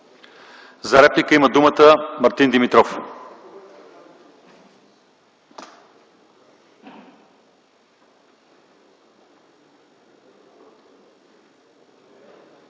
За реплика има думата Мартин Димитров.